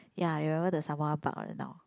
ya I remember the Sembawang park right now